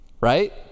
right